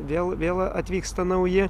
vėl vėl atvyksta nauji